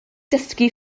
dysgu